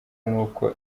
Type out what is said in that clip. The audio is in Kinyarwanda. n’uko